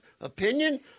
opinion